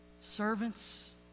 servants